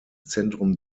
zentrum